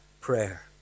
prayer